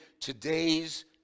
today's